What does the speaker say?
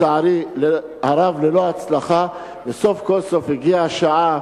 לצערי הרב ללא הצלחה, וסוף כל סוף הגיעה השעה